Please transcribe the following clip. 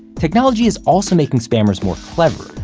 technology is also making spammers more clever.